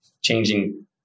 changing